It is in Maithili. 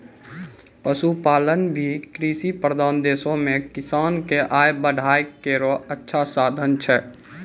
पशुपालन भी कृषि प्रधान देशो म किसान क आय बढ़ाय केरो अच्छा साधन छै